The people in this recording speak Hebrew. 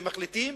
המחליטים,